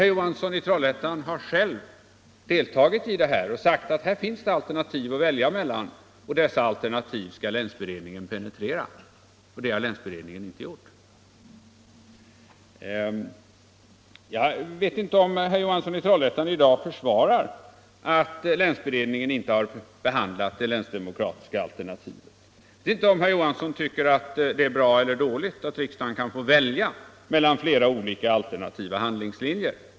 Herr Johansson i Trollhättan har själv deltagit och sagt att här finns alternativ att välja mellan och att länsberedningen skall penetrera dem. Det har länsberedningen dock inte gjort. Jag vet inte om herr Johansson i Trollhättan i dag försvarar att länsberedningen inte behandlat det länsdemokratiska alternativet. Jag vet inte om herr Johansson tycker att det är bra eller dåligt att riksdagen kan få välja mellan flera alternativa handlingslinjer.